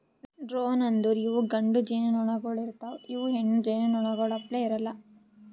drone ಅಂದುರ್ ಇವು ಗಂಡು ಜೇನುನೊಣಗೊಳ್ ಇರ್ತಾವ್ ಇವು ಹೆಣ್ಣು ಜೇನುನೊಣಗೊಳ್ ಅಪ್ಲೇ ಇರಲ್ಲಾ